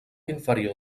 inferior